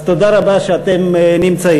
אז תודה רבה שאתם נמצאים.